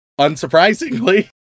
unsurprisingly